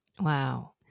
Wow